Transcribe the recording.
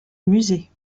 musée